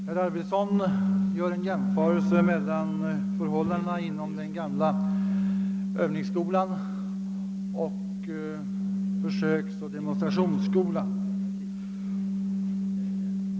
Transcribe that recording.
Herr talman! Herr Arvidson gör en jämförelse mellan förhållandena inom den gamla övningsskolan och försöksoch demonstrationsskolan.